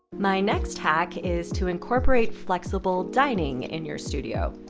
my next hack is to incorporate flexible dining in your studio.